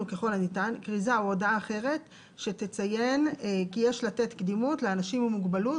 שכל הפרסומים צריכים ממילא להיות נגישים לפי תקנות נגישות